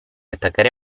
attaccare